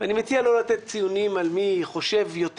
אני מציע לא לתת ציונים על מי חושב יותר